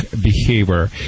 behavior